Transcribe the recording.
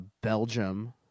Belgium